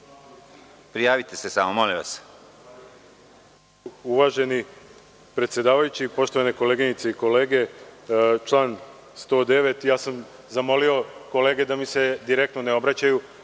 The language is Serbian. Prijavite se samo molim vas. **Ivan Karić** Uvaženi predsedavajući, poštovane koleginice i kolege, član 109. Ja sam zamolio kolege da mi se direktno ne obraćaju.